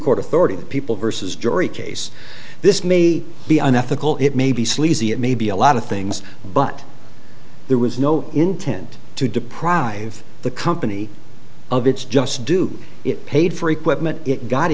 court authority people versus jury case this may be unethical it may be sleazy it may be a lot of things but there was no intent to deprive the company of its just do it paid for equipment it got